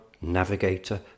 navigator